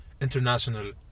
international